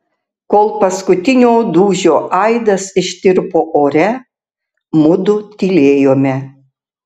kol paskutinio dūžio aidas ištirpo ore mudu tylėjome